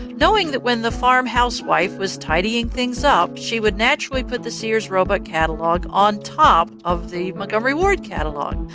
knowing that when the farm house wife was tidying things up she would naturally put the sears roebuck catalogue on top of the montgomery ward catalog!